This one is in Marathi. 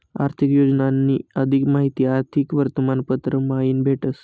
आर्थिक योजनानी अधिक माहिती आर्थिक वर्तमानपत्र मयीन भेटस